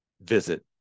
visit